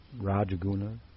Rajaguna